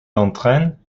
entraîne